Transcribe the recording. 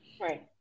Right